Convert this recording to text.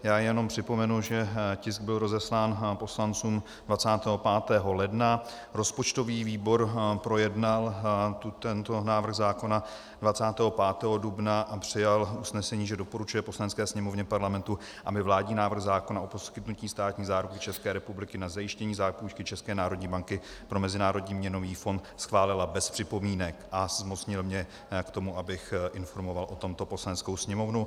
Já jenom připomenu, že tisk byl rozeslán poslancům 25. ledna, rozpočtový výbor projednal tento návrh zákona 25. dubna a přijal usnesení, že doporučuje Poslanecké sněmovně Parlamentu, aby vládní návrh zákona o poskytnutí státní záruky České republiky na zajištění zápůjčky České národní banky pro Mezinárodní měnový fond schválila bez připomínek, a zmocnil mě k tomu, abych informoval o tomto Poslaneckou sněmovnu.